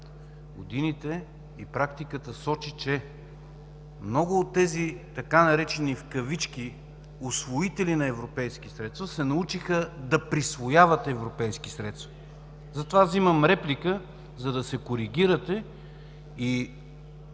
Годините и практиката сочат, че много от тези, така наречени „усвоители” на европейски средства, се научиха да присвояват европейски средства. Затова взимам реплика – за да се коригирате.